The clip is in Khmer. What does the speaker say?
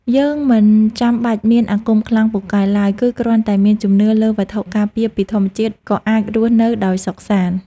យើងមិនចាំបាច់មានអាគមខ្លាំងពូកែឡើយគឺគ្រាន់តែមានជំនឿលើវត្ថុការពារពីធម្មជាតិក៏អាចរស់នៅដោយសុខសាន្ត។